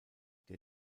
der